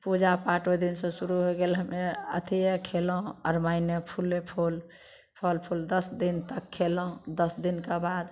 पूजा पाठ ओहिदिन से शुरू होइ गेल हमे अथीयो खेलहुँ अरबाइन फूले फूल फल फूल दश दिन तक खेलहुँ दश दिनके बाद